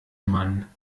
mann